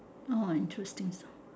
orh I choose this hor